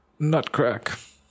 Nutcrack